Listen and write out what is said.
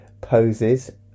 poses